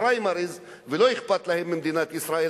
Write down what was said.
ולא אכפת להם ממדינת ישראל,